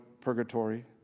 purgatory